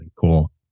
cool